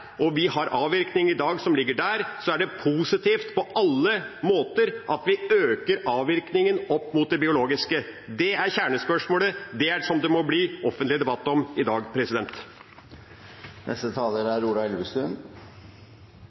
og vi har avvirkning i dag som ligger der, er det positivt på alle måter at vi øker avvirkningen opp mot det biologiske? Det er kjernespørsmålet, og det som det må bli offentlig debatt om i dag. Jeg tror det er